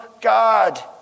God